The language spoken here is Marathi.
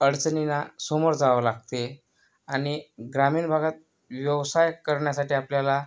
अडचणींना सामोरे जावं लागते आणि ग्रामीण भागात व्यवसाय करण्यासाठी आपल्याला